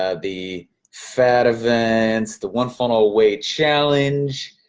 ah the fat events, the one funnel away challenge,